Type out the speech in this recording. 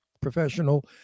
professional